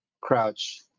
crouch